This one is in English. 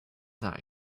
that